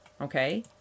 okay